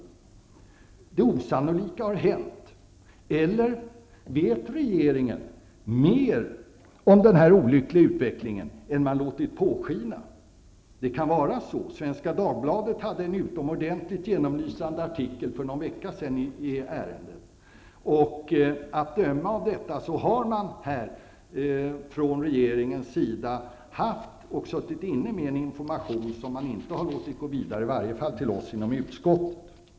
Det osannolika har hänt. Eller vet regeringen mer om den här olyckliga utvecklingen än man har låtit påskina? Det kan vara så. Svenska Dagbladet hade en utomordentligt genomlysande artikel för någon vecka sedan i ärendet. Att döma härav har man från regeringens sida haft och suttit inne med information som man inte har låtit gå vidare, i varje fall inte till oss i utskottet.